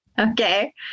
Okay